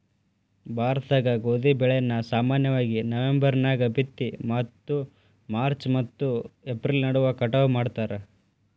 ಭಾರತದಾಗ ಗೋಧಿ ಬೆಳೆಯನ್ನ ಸಾಮಾನ್ಯವಾಗಿ ನವೆಂಬರ್ ನ್ಯಾಗ ಬಿತ್ತಿ ಮತ್ತು ಮಾರ್ಚ್ ಮತ್ತು ಏಪ್ರಿಲ್ ನಡುವ ಕಟಾವ ಮಾಡ್ತಾರ